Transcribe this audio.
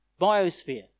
Biosphere